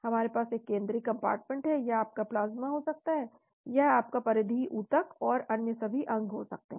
आपके पास एक केंद्रीय कम्पार्टमेंट है यह आपका प्लाज्मा हो सकता है यह आपका परिधीय ऊतक और अन्य सभी अंग हो सकते हैं